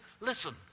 listen